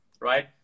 right